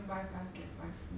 oh ya I know I know